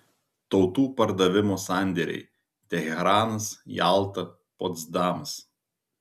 tautų pardavimo sandėriai teheranas jalta potsdamas